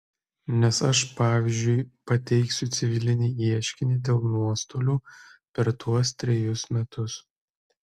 nes aš pavyzdžiui pateiksiu civilinį ieškinį dėl nuostolių per tuos trejus metus